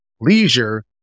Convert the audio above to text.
leisure